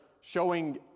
showing